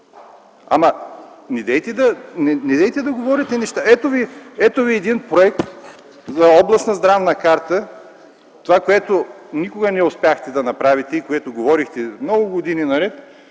Ама, недейте да говорите такива неща! Ето Ви един проект за областна здравна карта – това, което никога не успяхте да направите, за което говорихте много години наред,